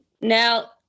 now